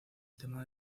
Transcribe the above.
tema